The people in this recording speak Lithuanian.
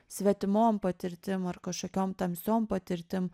svetimom patirtim ar kažkokiom tamsiom patirtim